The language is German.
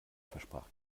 versprach